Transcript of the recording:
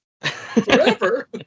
Forever